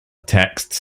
texts